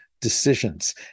decisions